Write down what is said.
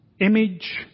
image